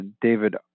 David